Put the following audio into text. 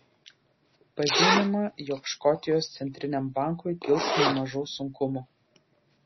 pažymima jog škotijos centriniam bankui kils nemažų sunkumų